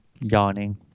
yawning